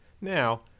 Now